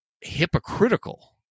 hypocritical